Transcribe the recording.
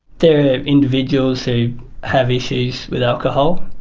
there are individuals who have issues with alcohol.